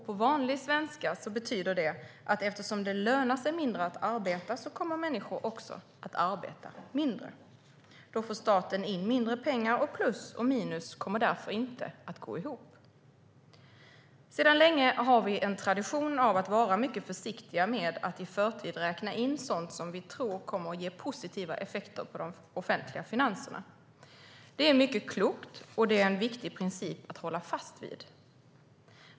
På vanlig svenska betyder det att eftersom det lönar sig mindre att arbeta kommer människor att arbeta mindre. Då får staten in mindre pengar, och plus och minus kommer därför inte att gå ihop. Sedan länge har vi en tradition av att vara mycket försiktiga med att i förtid räkna in sådant som vi tror kommer att ge positiva effekter på de offentliga finanserna. Det är mycket klokt, och det är en viktig princip att hålla fast vid.